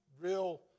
real